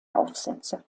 aufsätze